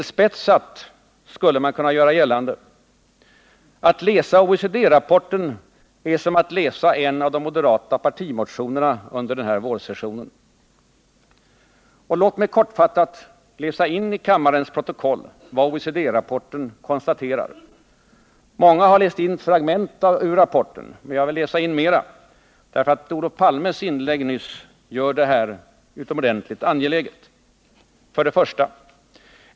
Tillspetsat skulle man kunna göra gällande: att läsa OECD-rapporten är som att läsa en av de moderata partimotionerna under denna vårsession. Låt mig kortfattat läsa in i kammarens protokoll vad OECD-rapporten konstaterar. Många har läst in fragment ur rapporten, men jag vill läsa in mera, därför att Olof Palmes anförande nyss gör detta särskilt angeläget. 1.